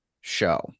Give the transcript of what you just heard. show